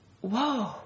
Whoa